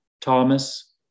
Thomas